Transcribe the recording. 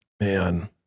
Man